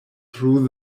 through